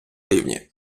рівні